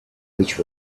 which